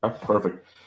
perfect